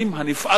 הנפערים,